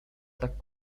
tak